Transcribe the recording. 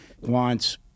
wants